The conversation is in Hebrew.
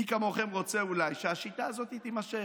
מי כמוכם רוצה אולי שהשיטה הזאת תימשך,